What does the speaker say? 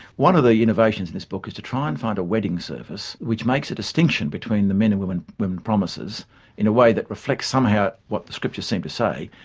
one of the innovations in this book is to try and find a wedding service, which makes a distinction between the men and women women promises in a way that reflects somehow, what the scriptures seem to say.